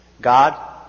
God